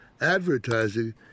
advertising